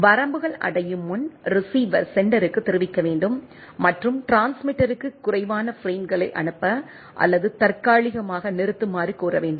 வரம்புகள் அடையும் முன் ரீசிவர் செண்டருக்குத் தெரிவிக்க வேண்டும் மற்றும் டிரான்ஸ்மிட்டருக்கு குறைவான பிரேம்களை அனுப்ப அல்லது தற்காலிகமாக நிறுத்துமாறு கோர வேண்டும்